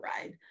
ride